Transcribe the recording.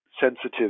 sensitive